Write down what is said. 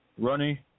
Runny